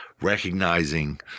recognizing